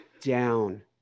down